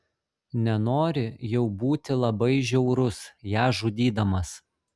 nenori jau būti labai žiaurus ją žudydamas